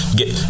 get